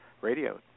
radio